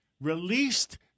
released